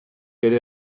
ere